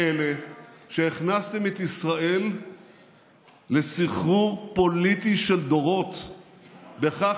אלה שהכנסתם את ישראל לסחרור פוליטי של דורות בכך